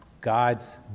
God's